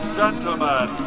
gentlemen